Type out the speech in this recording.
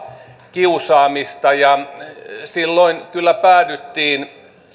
kiusaamista ja silloin kyllä päädyttiin